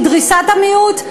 מדריסת המיעוט?